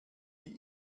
wie